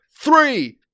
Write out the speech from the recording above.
three